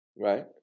right